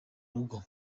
rugo